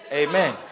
amen